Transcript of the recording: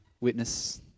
witness